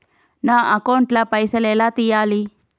నా అకౌంట్ ల పైసల్ ఎలా తీయాలి?